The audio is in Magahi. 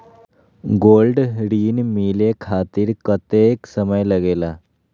गोल्ड ऋण मिले खातीर कतेइक समय लगेला?